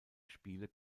spiele